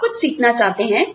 आप कुछ सीखना चाहते हैं